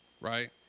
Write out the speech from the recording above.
right